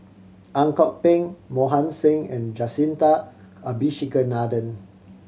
Ang Kok Peng Mohan Singh and Jacintha Abisheganaden